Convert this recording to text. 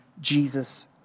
Jesus